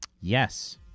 yes